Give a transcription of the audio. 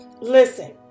Listen